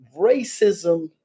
racism